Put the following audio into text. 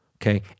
okay